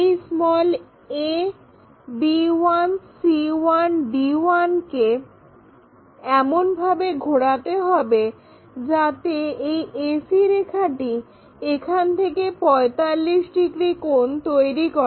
এই a b1 c1 d1 কে এমনভাবে ঘোরাতে হবে যাতে এই ac রেখাটি এখান থেকে 45 ডিগ্রি কোণ তৈরি করে